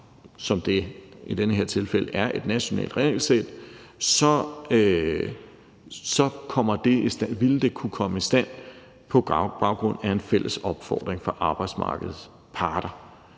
som i det her tilfælde er et nationalt regelsæt, så ville det kunne komme i stand på baggrund af en fælles opfordring fra arbejdsmarkedets parter.